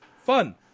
fun